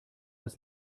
als